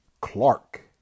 Clark